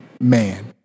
man